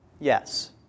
Yes